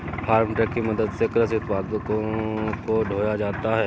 farm truck की मदद से कृषि उत्पादों को ढोया जाता है